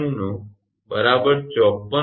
96 54